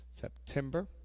September